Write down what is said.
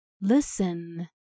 listen